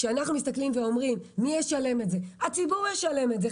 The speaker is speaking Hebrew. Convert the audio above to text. כשאנחנו שואלים מי ישלם עבור זה הציבור ישלם עבור זה,